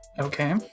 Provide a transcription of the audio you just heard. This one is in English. okay